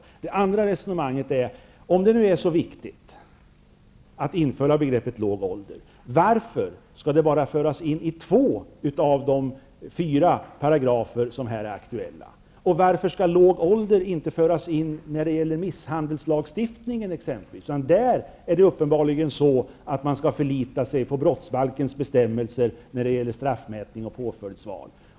Det andra resonemanget är att om det är så viktigt att införa begreppet låg ålder, undrar jag varför det skall föras in i endast två av de fyra paragrafer som är aktuella. Och varför skall låg ålder inte föras in när det gäller t.ex. misshandelslagstiftningen? Där är det uppenbarligen på det sättet att man skall förlita sig på brottsbalkens bestämmelser när det gäller straffmätning och påföljdsval.